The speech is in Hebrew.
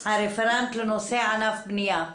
הרפרנט לנושא ענף הבנייה,